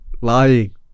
Lying